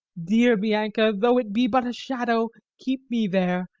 dear bianca, though it be but a shadow, keep me there,